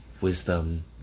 wisdom